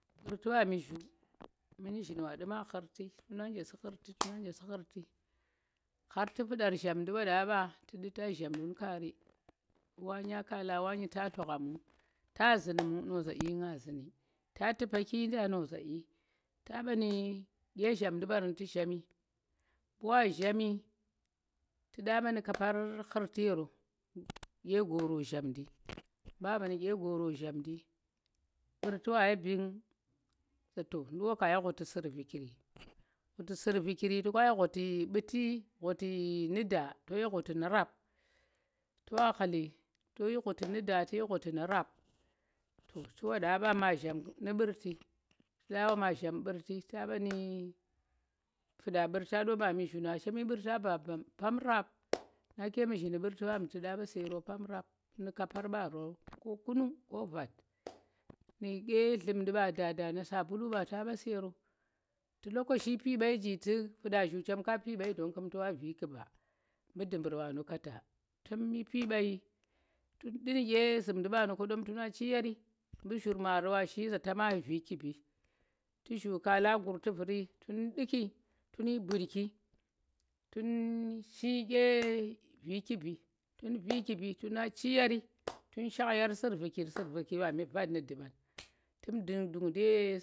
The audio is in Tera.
Ghurtu̱ wami zu̱u̱ mu nu̱zhin wa nɗu̱ ma ghurti tuna nje su̱ ghurti tuna nje su̱ ghurti khaar tu̱ fu̱nda zhamndi wa nɗo ɓa tu nɓa ta zhamndi kaari wanya kala wanyi ta nogho mu? ta zu̱n mu? na zai nga zu̱nu̱ ta tu̱poki nda? no zai ta ɓa nu̱ ɗye zhamndi ɓarang tu̱ zhami, mu wa zhami tu̱ nɗa ɓa nu̱ kapar ghurti yero ɗye goro zhamndi, mu aa ɓa nu̱ ɗye yoro zhamndi mɓurti wa yi mbing za to ndu̱k wa ko yi ghuti su̱rvikiri ghuti su̱rbikiri to ka yi ghuti mɓuti, ghuti nu̱ da, to yi ghuti nu̱ rap to wa khu̱li to yi ghuti nu̱ da, to yi ghuti nu̱ rap to, to wa ɓa mɓa ma zham nu̱ mɓu̱rti, to nɓa ɓa ma zham mɓu̱rti taɓa nu̱m funɗa mɓu̱rta ɗa mɓami zu̱u̱ nang chem shi mɓu̱rtang ba bam, pam rap nake nu̱zhindi mɓu̱rti ɓami tu̱ ɗa ba su̱ yero pam rap nu̱ kapar ɓaro wor kunung, ko vat nu̱ ɗye nlu̱mnɗi ɓa da, da nu̱ sabulu ɓa ta ɓa su̱ yero tu̱ lokochi pii mɓai ji tu̱k funɗa zu̱u̱ chem ka pii mɓayi don kum tu mba vi khaba mbu dumbur mba nu kata tun yi pii mbayi tun nu ɗye zu̱mndi mbanu koɗom tuna chi yaarimu zurmaari wa shi za tama vi kibi, tu̱ zhu̱ kala nggur tu̱ vu̱ri tun nɗu̱ki tu̱n yi mbutki tun shi ɗye vi kibi, tun vi kibi tuna chi yaari tun shakh yaar su̱rvikir, su̱rvikir ɓami vat nu̱ nɗu̱bang tu̱m vu̱r du̱ngadi ye